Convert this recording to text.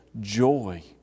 joy